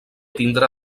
tindre